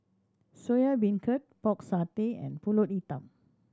Soya Beancurd Pork Satay and Pulut Hitam